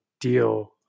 deal